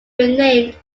renamed